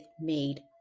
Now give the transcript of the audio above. made